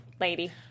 lady